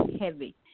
heavy